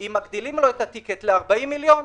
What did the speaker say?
אם מגדילים לו את הטיקט ל-40 מיליון,